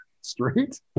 straight